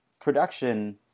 production